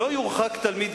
"לא יורחק תלמיד,